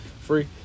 Free